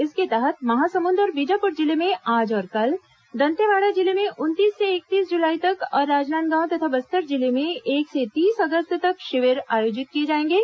इसके तहत महासमुंद और बीजापुर जिले में आज और कल दंतेवाड़ा जिले में उनतीस से इकतीस जुलाई तक और राजनांदगांव तथा बस्तर जिले में एक से तीस अगस्त तक शिविर आयोजित किए जाएंगे